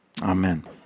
Amen